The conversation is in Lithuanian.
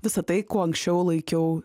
visa tai kuo anksčiau laikiau